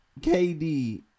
KD